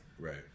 right